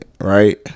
right